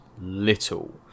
little